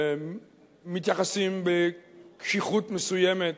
מתייחסים בקשיחות מסוימת